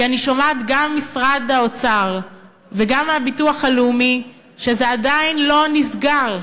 כי אני שומעת גם ממשרד האוצר וגם מהביטוח הלאומי שזה עדיין לא נסגר,